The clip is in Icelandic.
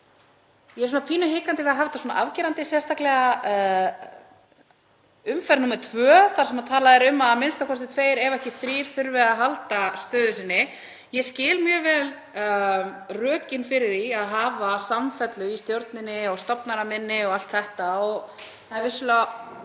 Ég er pínu hikandi við að hafa þetta svona afgerandi, sérstaklega í annarri umferð þar sem talað er um að a.m.k. tveir ef ekki þrír þurfi að halda stöðu sinni. Ég skil mjög vel rökin fyrir því að hafa samfellu í stjórninni, stofnanaminni og allt þetta, og það er vissulega